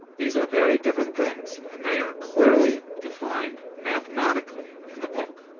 these are very different things, and they are clearly defined mathematically in the book.